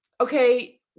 okay